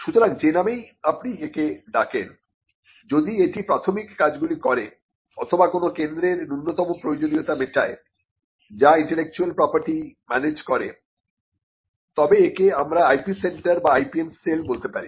সুতরাং যে নামেই আপনি একে ডাকেন যদি এটি প্রাথমিক কাজগুলি করে অথবা কোন কেন্দ্রের ন্যূনতম প্রয়োজনীয়তা মেটায় যা ইন্টেলেকচুয়াল প্রপার্টি ম্যানেজ করে তবে একে আমরা IP সেন্টার বা IPM সেল বলতে পারি